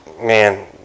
man